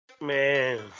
Man